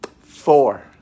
Four